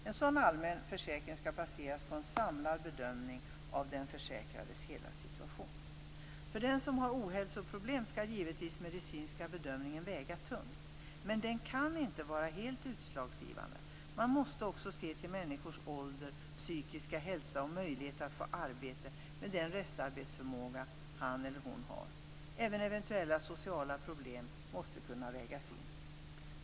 En sådan allmän försäkring skall baseras på en samlad bedömning av den försäkrades hela situation. För den som har ohälsoproblem skall givetvis den medicinska bedömningen väga tungt. Men den kan inte vara helt utslagsgivande. Man måste också se till människors ålder, psykiska hälsa och möjlighet att få arbete med den restarbetsförmåga han eller hon har. Även eventuella sociala problem måste kunna vägas in.